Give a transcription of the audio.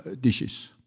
dishes